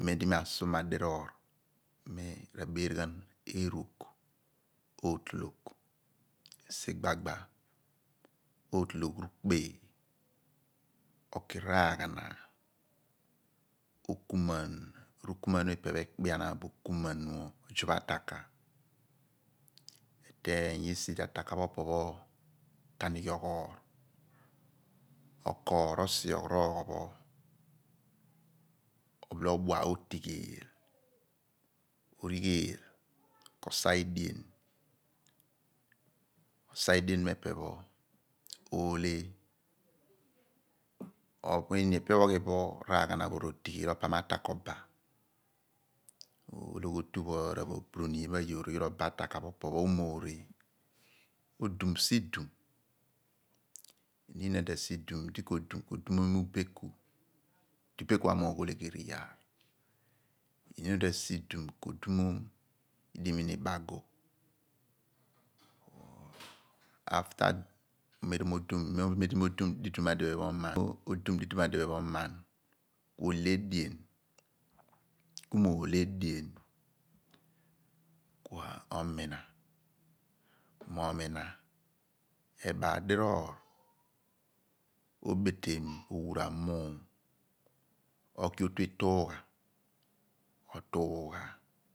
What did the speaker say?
Mem di mi asuma diroor m'rabeer ghan erugh, k'ootologh sigbagba, ootologh rukpe oki raaghana, okumuan rukumuan pho ipe ekpe bo okumuan pho, ozaph ataka eteeny mem d ataka pho m'anighe oghoor, okoor osighigh roogho pho obiloe odua otigheel m'origheeel k'osa ediem osa edien pho epe pho ohle ku eeni epe araghana pho oghi bo rotigheel opam ataka oba ologhiotu pho r'aburu min pho ayoor oba ni ataka pho opo omoore odum sidum inin asulum eh k'odum r'odumom ghan ubeku, di ubeku amogh olegheri iyaar iniin asidum k'odumom idimini buagu after mem di mo dum sidum mo oman ku ohle edien ku mo ohle edien ku omina mo mina ku me baal diroor obetenu owura muum oki otu ituugha otuugha